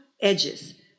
edges